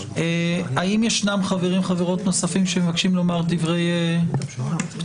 האם יש חברים או חברות נוספים שמבקשים לומר דברי פתיחה?